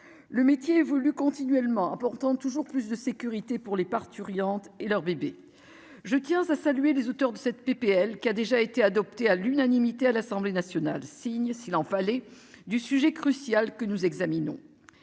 le métier évolue continuellement importante toujours plus de sécurité pour les parturientes et leur bébé, je tiens à saluer les auteurs de cette PPL qui a déjà été adopté à l'unanimité à l'Assemblée nationale signe s'il en fallait du sujet crucial que nous examinons,